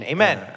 Amen